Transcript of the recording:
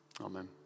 Amen